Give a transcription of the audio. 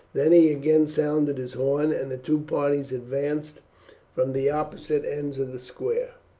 then he again sounded his horn, and the two parties advanced from the opposite ends of the square.